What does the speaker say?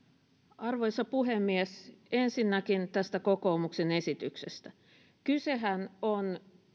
arvoisa puhemies ensinnäkin tästä kokoomuksen esityksestä kysehän on